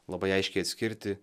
labai aiškiai atskirti